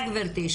שניה גברתי,